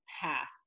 path